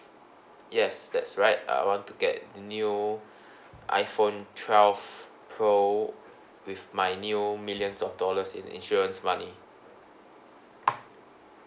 yes that's right I want to get the new iPhone twelve pro with my new millions of dollars in insurance money